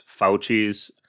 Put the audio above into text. Fauci's